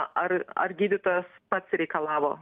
ar ar gydytojas pats reikalavo